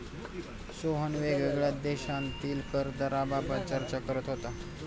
सोहन वेगवेगळ्या देशांतील कर दराबाबत चर्चा करत होता